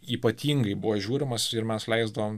ypatingai buvo žiūrimas ir mes leisdavom